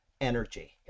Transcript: energy